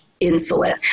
insulin